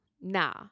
nah